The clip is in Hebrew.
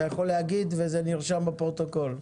אתה יכול להגיד וזה נרשם בפרוטוקול.